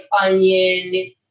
onion